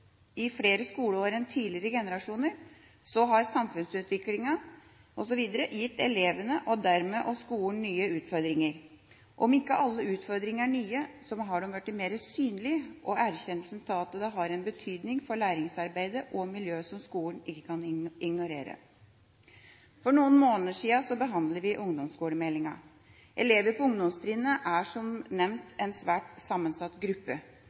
flere skoleår enn tidligere generasjoner, har samfunnsutviklinga osv. gitt elevene og dermed også skolen nye utfordringer. Om ikke alle utfordringene er nye, så har de blitt mer synlige, og erkjennelsen av at det har en betydning for læringsarbeidet og -miljøet i skolen, kan ikke ignoreres. For noen måneder siden behandlet vi ungdomsskolemeldinga. Elever på ungdomstrinnet er som nevnt en svært sammensatt gruppe,